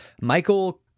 Michael